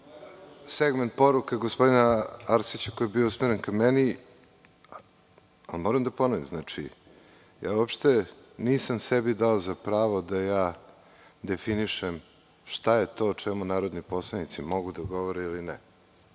segment poruke gospodina Arsića koji je bio usmeren ka meni. Moram da ponovim, uopšte nisam sebi dao za pravo da definišem šta je to o čemu narodni poslanici mogu da govore ili ne.